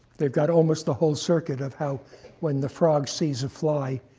they've got almost the whole circuit of how when the frog sees a fly,